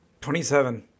27